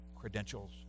credentials